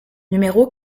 numéro